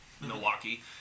Milwaukee